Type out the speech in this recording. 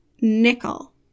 Nickel